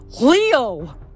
leo